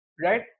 right